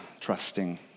trusting